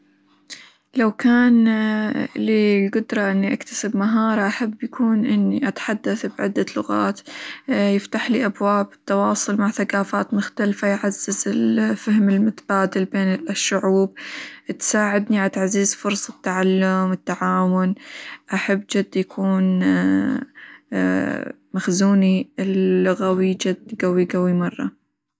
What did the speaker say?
لو كان لي القدرة إني أكتسب مهارة أحب يكون إني أتحدث بعدة لغات، يفتح لي أبواب التواصل مع ثقافات مختلفة، يعزز الفهم المتبادل بين الشعوب، تساعدني على تعزيز فرص التعلم، التعاون، أحب جد يكون مخزوني اللغوي جد قوي قوي مرة.